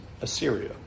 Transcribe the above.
Assyria